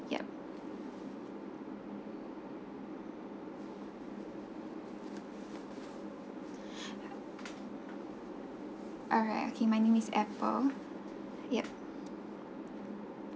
yup alright okay my name is apple yup